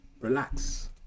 relax